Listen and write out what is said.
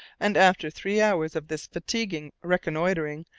and after three hours of this fatiguing reconnoitring,